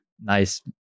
nice